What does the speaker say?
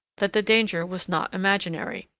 that the danger was not imaginary,